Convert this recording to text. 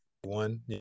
One